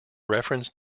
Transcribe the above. reference